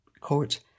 court